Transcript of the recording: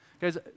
Guys